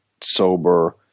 sober